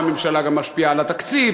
והממשלה גם משפיעה על התקציב,